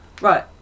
Right